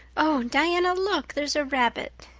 oh, diana, look, there's a rabbit.